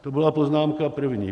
To byla poznámka první.